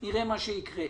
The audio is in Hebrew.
נראה מה שיקרה.